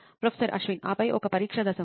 professor Ashwin ఆపై ఒక పరీక్ష దశ ఉంది